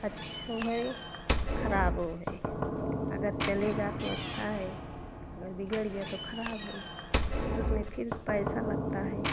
अच्छा है ख़राब है अगर चलेगा तो अच्छा है अगर बिगड़ गया तो ख़राब है तो इसमें फ़िर पैसा लगता है